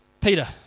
Peter